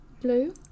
Blue